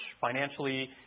financially